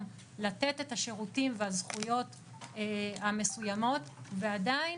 לתת את השירותים ואת הזכויות המסוימות ועדיין